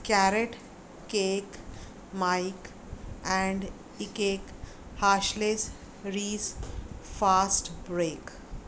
carrot cake mike and ike cake hershey's reese fast break